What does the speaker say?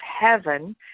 heaven